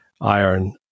Iron